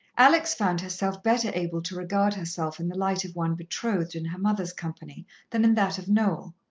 alex found herself better able to regard herself in the light of one betrothed in her mother's company than in that of noel.